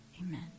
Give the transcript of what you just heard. Amen